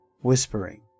whispering